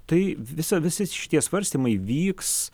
tai visa visi šitie svarstymai vyks